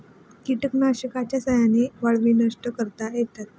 कीटकनाशकांच्या साह्याने वाळवी नष्ट करता येतात